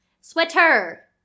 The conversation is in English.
sweater